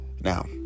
Now